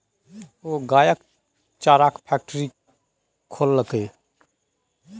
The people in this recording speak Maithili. ओ गायक चाराक फैकटरी खोललकै